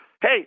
hey